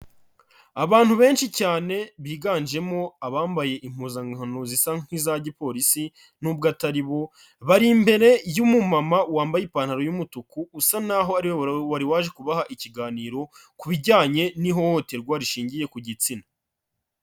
Abantu benshi cyane biganjemo abambaye impuzankano zisa nk'iza gipolisi n'ubwo atari bo, bari imbere y'umumama wambaye ipantaro y'umutuku usa n'aho ari we wari waje kubaha ikiganiro, ku bijyanye n'ihohoterwa rishingiye ku gitsina.